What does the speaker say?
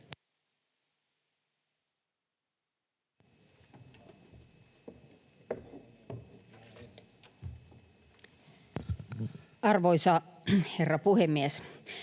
Arvoisa herra puhemies!